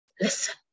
listen